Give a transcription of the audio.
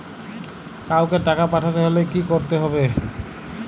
কাওকে টাকা পাঠাতে হলে কি করতে হবে?